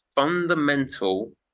fundamental